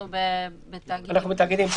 אנחנו בתאגידים.